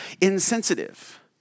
insensitive